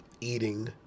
eating